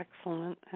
Excellent